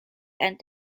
and